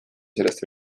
sellest